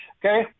Okay